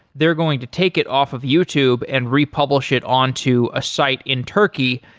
they're going to take it off of youtube and republish it on to a site in turkey,